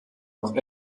noch